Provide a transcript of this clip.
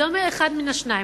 זה אומר אחד מן השניים.